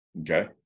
okay